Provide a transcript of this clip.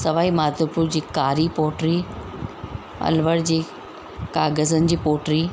सवाई माधोपुर जी कारी पॉटरी अलवर जी काग़ज़नि जी पॉटरी